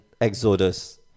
Exodus